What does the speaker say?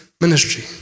ministry